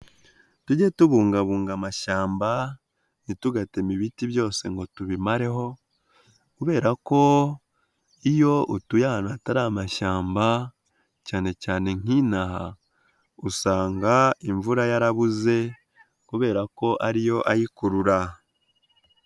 Tujye tubungabunga amashyamba ntitugateme ibiti byose ngo tubimareho, kubera ko iyo utuye ahantu hatari amashyamba cyane cyane nk'inaha, usanga imvura yarabuze kubera ko ariyo ayikurura.